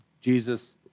Jesus